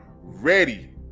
ready